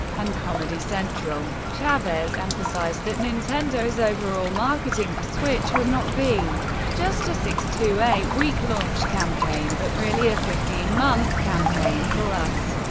and comedy central. chavez emphasized that nintendo's overall marketing for switch would not be just a six to eight week launch campaign, but really a fifteen month campaign for us,